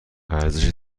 ارزش